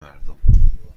مردم